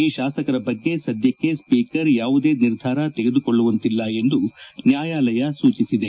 ಈ ಶಾಸಕರ ಬಗ್ಗೆ ಸದ್ಯಕ್ಕೆ ಸ್ವೀಕರ್ ಯಾವುದೇ ನಿರ್ಧಾರ ತೆಗೆದುಕೊಳ್ಳುವಂತಿಲ್ಲ ಎಂದು ನ್ಯಾಯಾಲಯ ಸೂಚಿಸಿದೆ